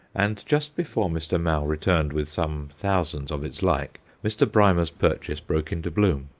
and just before mr. mau returned with some thousands of its like mr. brymer's purchase broke into bloom.